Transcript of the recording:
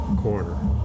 Corner